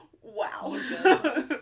wow